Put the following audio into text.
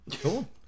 Cool